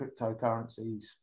cryptocurrencies